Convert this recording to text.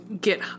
get